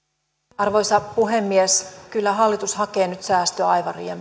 arvoisa puhemies kyllä hallitus hakee nyt säästöä aivan